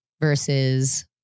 versus